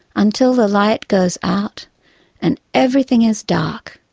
until the light goes out and everything is dark.